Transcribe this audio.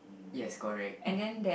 yes correct